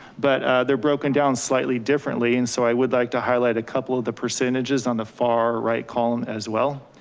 but they're broken down slightly differently. and so i would like to highlight a couple of the percentages on the far right column as well.